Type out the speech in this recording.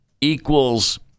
equals